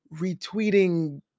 retweeting